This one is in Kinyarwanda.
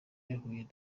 yahuye